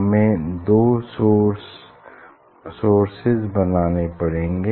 हमें दो सोर्सेज बनाने पड़ेंगे